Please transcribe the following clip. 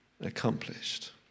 accomplished